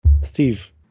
Steve